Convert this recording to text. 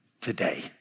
today